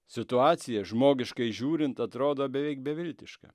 situacija žmogiškai žiūrint atrodo beveik beviltiška